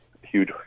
huge